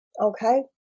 okay